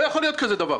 לא יכול להיות כזה דבר.